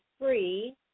free